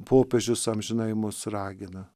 popiežius amžinai mus ragina